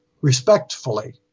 respectfully